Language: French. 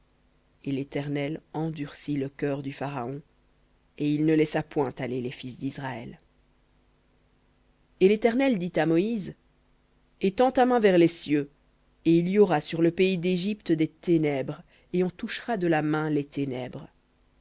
et l'éternel endurcit le cœur du pharaon et il ne laissa point aller les fils d'israël v litt et l'éternel dit à moïse étends ta main vers les cieux et il y aura sur le pays d'égypte des ténèbres et on touchera de la main les ténèbres